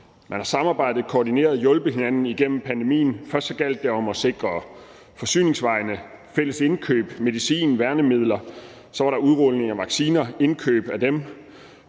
Man har samarbejdet, koordineret og hjulpet hinanden igennem pandemien. Først gjaldt det om at sikre forsyningsvejene for fælles indkøb, medicin og værnemidler. Så var der indkøb og udrulning af vacciner, og med